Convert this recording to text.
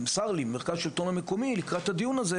נמסר לי ממרכז השלטון המקומי שכאשר